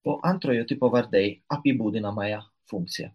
o antrojo tipo vardai apibūdinamąją funkciją